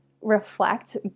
reflect